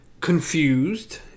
confused